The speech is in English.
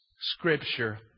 scripture